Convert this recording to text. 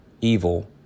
evil